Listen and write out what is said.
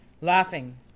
laughing